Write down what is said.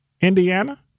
Indiana